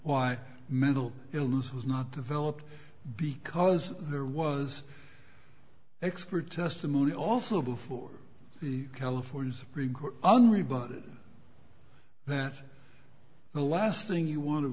why mental illness was not developed because there was expert testimony also before the california supreme court under a budget that the last thing you want to